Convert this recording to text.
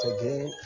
again